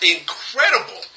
incredible